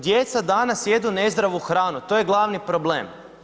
Djeca danas jedu nezdravu hranu, to je glavni problem.